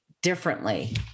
Differently